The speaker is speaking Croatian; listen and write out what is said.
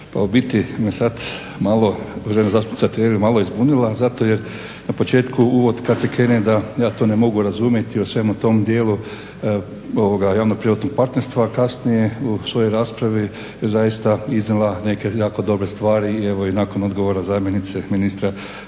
Tireli malo zbunila zato jer na početku uvod kada se krene da ja to ne mogu razumiti i o svemu tom dijelu javno-privatno partnerstva a kasnije u svojoj raspravi je zaista iznijela neke jako dobre stvari i nakon odgovora zamjenice ministra